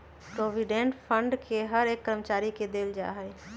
provident fund के हर एक कर्मचारी के देल जा हई